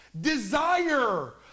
desire